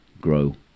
grow